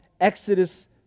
Exodus